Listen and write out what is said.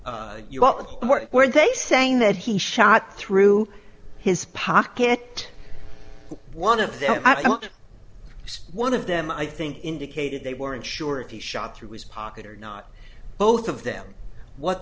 are they saying that he shot through his pocket one of them i don't see one of them i think indicated they weren't sure if he shot through his pocket or not both of them what